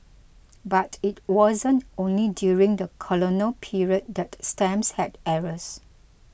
but it wasn't only during the colonial period that stamps had errors